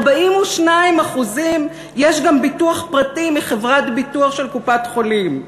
ל-42% יש גם ביטוח פרטי מחברת ביטוח של קופת-חולים,